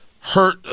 hurt